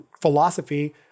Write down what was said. philosophy